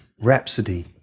Rhapsody